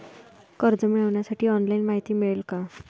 कर्ज मिळविण्यासाठी ऑनलाइन माहिती मिळेल का?